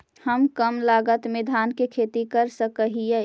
हम कम लागत में धान के खेती कर सकहिय?